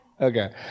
Okay